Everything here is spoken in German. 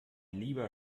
lieber